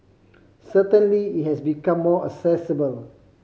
certainly it has become more accessible